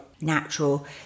natural